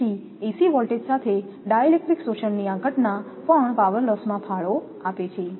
તેથી AC voltage સાથે dielectric શોષણની આ ઘટના પણ પાવરલોસ માં ફાળો આપે છે